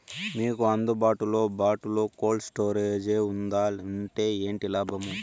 మీకు అందుబాటులో బాటులో కోల్డ్ స్టోరేజ్ జే వుందా వుంటే ఏంటి లాభాలు?